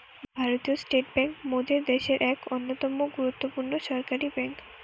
ভারতীয় state bank মোদের দ্যাশের এক অন্যতম গুরুত্বপূর্ণ সরকারি বেঙ্ক